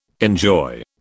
enjoy